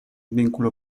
vínculo